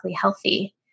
healthy